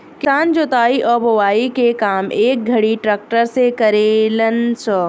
किसान जोताई आ बोआई के काम ए घड़ी ट्रक्टर से करेलन स